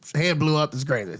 head blew up, this crazy.